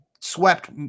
swept